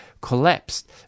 collapsed